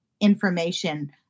information